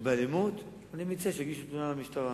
או באלימות, אני מציע שיגיש תלונה למשטרה.